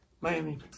Miami